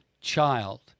child